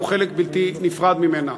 הוא חלק בלתי נפרד ממנה.